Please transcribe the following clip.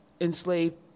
enslaved